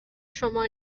شما